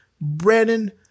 Brandon